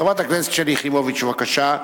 חברת הכנסת שלי יחימוביץ, בבקשה.